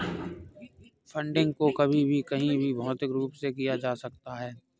funding को कभी भी कहीं भी भौतिक रूप से किया जा सकता है